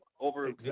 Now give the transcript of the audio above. over